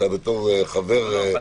אתה בתור חבר בוועדה למינוי שופטים.